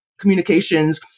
communications